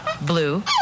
blue